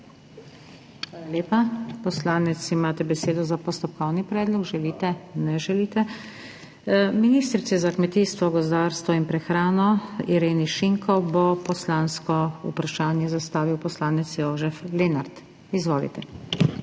lepa. Poslanec, imate besedo za postopkovni predlog. Želite? Ne želite. Ministrici za kmetijstvo, gozdarstvo in prehrano Ireni Šinko bo poslansko vprašanje zastavil poslanec Jožef Lenart. Izvolite.